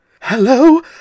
Hello